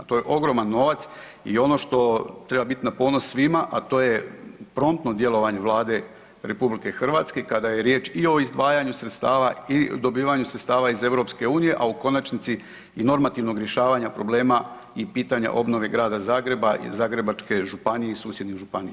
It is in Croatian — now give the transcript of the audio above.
To je ogroman novac i ono što treba biti na ponos svima, a to je promptno djelovanje Vlade RH kada je riječ i o izdvajanju sredstava i dobivanju sredstava iz EU, a u konačnici i normativnog rješavanja problema i pitanja obnove Grada Zagreba i Zagrebačke županije i susjedne županije.